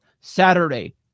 Saturday